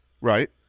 Right